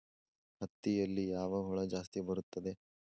ಹತ್ತಿಯಲ್ಲಿ ಯಾವ ಹುಳ ಜಾಸ್ತಿ ಬರುತ್ತದೆ?